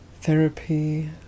therapy